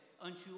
unto